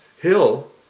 hill